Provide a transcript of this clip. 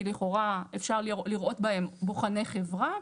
כי לכאורה אפשר לראות בהם בוחני חברה.